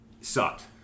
sucked